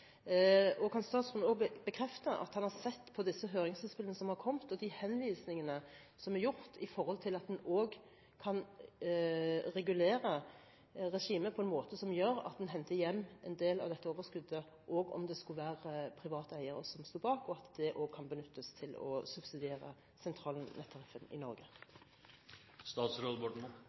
Kan statsråden også bekrefte at han har sett på disse høringsinnspillene som har kommet og de henvisningene som er gjort med hensyn til å regulere regimet på en måte som gjør at en henter hjem en del av dette overskuddet, også om det skulle være private eiere som sto bak, og at det kan benyttes til å subsidiere sentralnetttariffen i Norge?